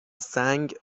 سنگ